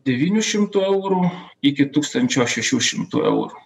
devynių šimtų eurų iki tūkstančio šešių šimtų eurų